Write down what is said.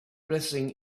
blessing